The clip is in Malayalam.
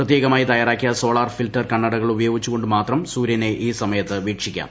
പ്രത്യേകമായി തയ്യാറാക്കിയ സോളാർ ഫിൽറ്റർ കണ്ണടകൾ ഉപയോഗിച്ചുകൊണ്ട് മാത്രം സൂര്യനെ ഈ സമയത്ത് വീക്ഷിക്കാം